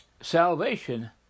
salvation